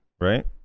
right